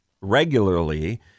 regularly